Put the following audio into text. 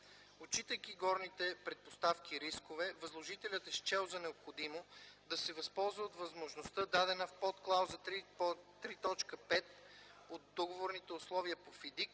Отчитайки горните предпоставки и рискове, Възложителят е счел за необходимо да се възползва от възможността дадена в Под-Клауза 3.5 от Договорните условия по ФИДИК,